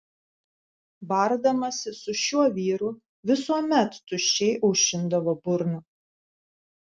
bardamasi su šiuo vyru visuomet tuščiai aušindavo burną